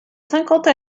cinquante